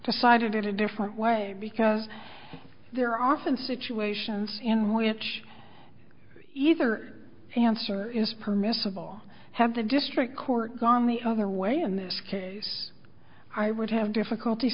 decided in a different way because there are often situations in which either answer is permissible have the district court gone the other way in this case i would have difficulty